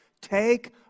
take